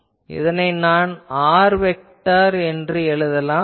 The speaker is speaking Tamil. எனவே இதனை நான் r வெக்டார் என்று எழுதலாம்